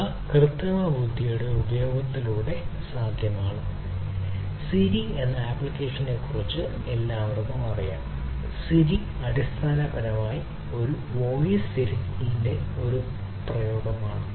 ഇവ കൃത്രിമബുദ്ധിയുടെ ഉപയോഗത്തിലൂടെ സാധ്യമാണ്